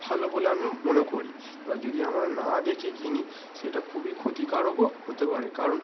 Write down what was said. ভালো বলে আমি মনে করি এবার যদি আমরা না দেখে কিনি সেটা খুবই ক্ষতিকারকও হতে পারে কারণ